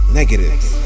negatives